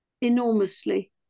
enormously